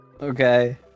okay